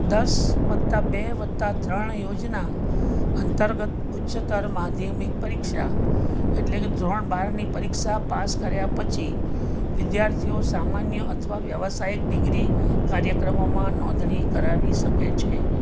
દસ વત્તા બે વત્તા ત્રણ યોજના અંતર્ગત ઉચ્ચતર માધ્યમિક પરીક્ષા એટલે કે ધોરણ બારની પરીક્ષા પાસ કર્યા પછી વિદ્યાર્થીઓ સામાન્ય અથવા વ્યાવસાયિક ડિગ્રી કાર્યક્રમોમાં નોંધણી કરાવી શકે છે